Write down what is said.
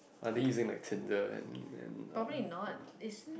are they using like Tinder and and uh